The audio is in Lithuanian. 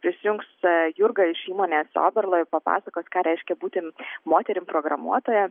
prisijungs jurga iš įmonės oberloi papasakos ką reiškia būti moterim programuotoja